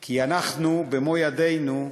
כי אנחנו, במו-ידינו,